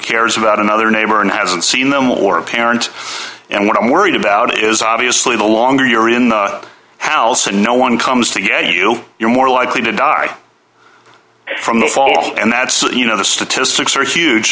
cares about another neighbor and hasn't seen them or a parent and what i'm worried about is obviously the longer you're in the house and no one comes to you you're more likely to die from the fall and that's what you know the statistics are huge